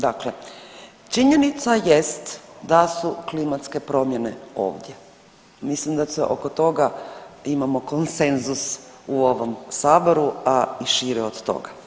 Dakle, činjenica jest da su klimatske promjene ovdje, mislim da se oko toga imamo konsenzus u ovom saboru, a i šire od toga.